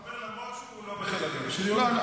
אתה אומר, למרות שהוא לא בחיל האוויר, שריונר.